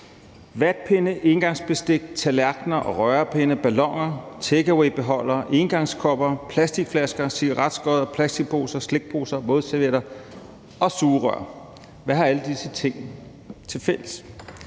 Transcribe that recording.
Vatpinde, engangsbestik, tallerkener, rørepinde, balloner, takeawaybeholdere, engangskopper, plastikflasker, cigaretskod, plastikposer, slikposer, vådservietter og sugerør: Hvad har alle disse ting tilfælles?